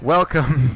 Welcome